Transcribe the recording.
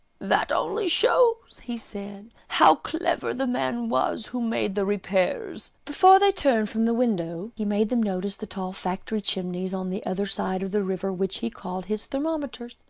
that only shows, he said, how clever the man was who made the repairs. before they turned from the window he made them notice the tall factory chimneys on the other side of the river which he called his thermometers,